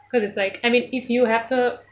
'cause it's like I mean if you have the